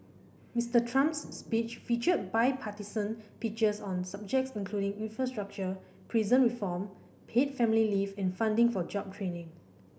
Mister Trump's speech featured bipartisan pitches on subjects including infrastructure prison reform paid family leave and funding for job training